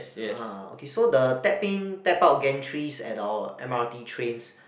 ah okay so the tap in tap out gantries at our M_R_T trains